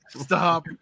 stop